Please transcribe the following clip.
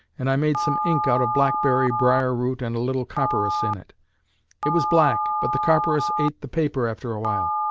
and i made some ink out of blackberry briar-root and a little copperas in it. it was black, but the copperas ate the paper after a while.